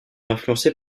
influencé